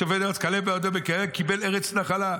שווה להיות כלב, "כלב בהעידו בקהל קיבל ארץ נחלה.